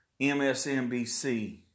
MSNBC